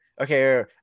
Okay